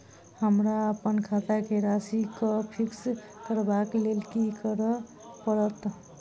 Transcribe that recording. हमरा अप्पन खाता केँ राशि कऽ फिक्स करबाक लेल की करऽ पड़त?